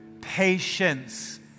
patience